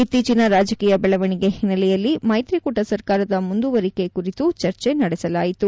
ಇತ್ತೀಚಿನ ರಾಜಕೀಯ ಬೆಳವಣೆಗೆ ಹಿನ್ನೆಲೆಯಲ್ಲಿ ಮೈತ್ರಿಕೂಟ ಸರ್ಕಾರದ ಮುಂದುವರಿಕೆ ಕುರಿತು ಚರ್ಚೆ ನಡೆಸಲಾಯಿತು